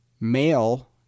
male